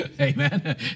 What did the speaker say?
Amen